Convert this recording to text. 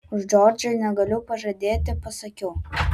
už džordžą negaliu pažadėti pasakiau